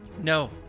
No